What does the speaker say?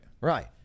Right